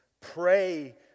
Pray